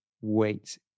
wait